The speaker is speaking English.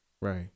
right